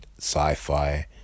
sci-fi